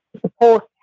support